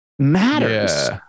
Matters